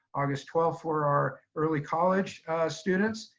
august twelfth for our early college students.